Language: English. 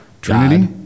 Trinity